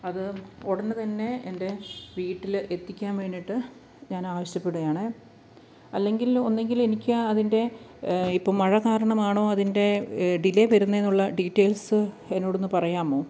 അത് ഉടനെ തന്നെ എൻ്റെ വീട്ടില് എത്തിക്കാൻ വേണ്ടിയിട്ട് ഞാനാവശ്യപ്പെടുകയാണേ അല്ലെങ്കിൽ ഒന്നുകിൽ എനിക്ക് അതിൻ്റെ ഇപ്പോള് മഴ കാരണമാണോ അതിൻ്റെ ഡിലെ വരുന്നേന്നുള്ള ഡീറ്റെയിൽസ് എന്നോടൊന്ന് പറയാമോ